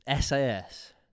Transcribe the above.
SAS